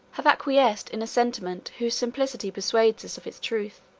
have acquiesced in a sentiment whose simplicity persuades us of its truth.